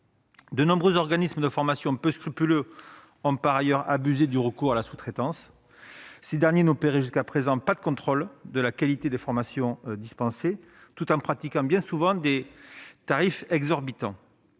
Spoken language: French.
De nombreux organismes de formation peu scrupuleux ont, par ailleurs, abusé du recours à la sous-traitance. Ces derniers n'opéraient jusqu'à présent pas de contrôle de la qualité des formations dispensées, tout en pratiquant bien souvent des tarifs exorbitants.